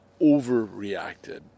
overreacted